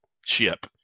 ship